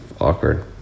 awkward